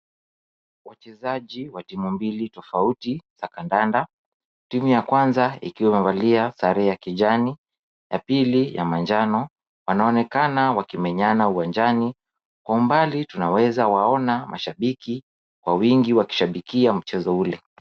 Wachezaji wa timu mbili tofauti za kandanda. Timu ya kwanza ikiwa imevalia sare ya kijani, ya pili ya manjano wanaonekana wakimenyana uwanjani. Kwa mbali tunaweza waona mashabiki kwa wingi wakishabikia mchezo ule.